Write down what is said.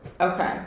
Okay